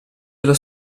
della